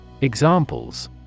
Examples